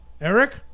Eric